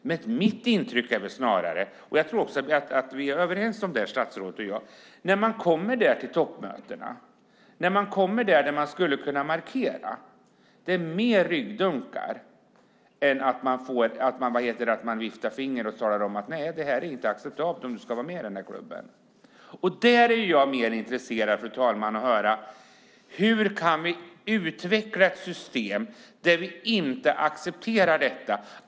Men mitt intryck är snarare, och jag tror också att statsrådet och jag är överens om det, att när man kommer till toppmötena då man skulle kunna markera är det mer ryggdunkning än att man viftar med fingret och säger: Nej, det här är inte acceptabelt om du vill vara med i den här klubben. Jag är intresserad av att veta: Hur kan vi utveckla ett system där vi inte accepterar detta?